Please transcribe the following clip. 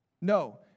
No